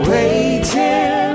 Waiting